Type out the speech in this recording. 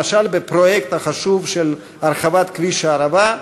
למשל בפרויקט החשוב של הרחבת כביש הערבה,